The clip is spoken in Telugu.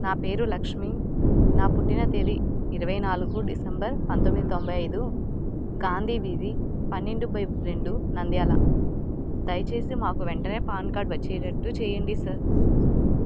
నా పేరు లక్ష్మి నా పుట్టిన తేది ఇరవై నాలుగు డిసెంబర్ పంతొమ్మిది తొంభై ఐదు గాంధీవీధ పన్నెండు బై రెండు నందాల దయచేసి మాకు వెంటనే పాన్ కార్డ్ వచ్చేటట్టు చేయండి సార్